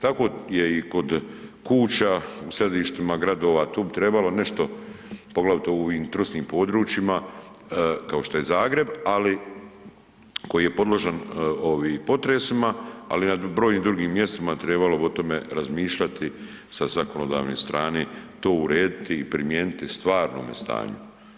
Tako je i kod kuća u središtima gradova, tu bi trebalo nešto poglavito u ovim trusnim područjima kao što je Zagreb koji je podložan potresima, ali i na brojnim drugim mjestima trebalo bi o tome razmišljati sa zakonodavne strane to urediti i primijeniti stvarnome stanju.